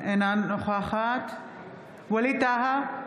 אינה נוכחת ווליד טאהא,